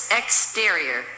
exterior